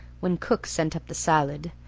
when cook sent up the salad,